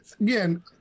Again